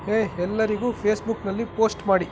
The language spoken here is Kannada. ಹೇ ಎಲ್ಲರಿಗೂ ಫೇಸ್ಬುಕ್ನಲ್ಲಿ ಪೋಸ್ಟ್ ಮಾಡಿ